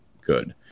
good